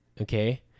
Okay